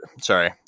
Sorry